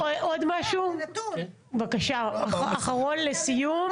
דבר אחרון לסיום.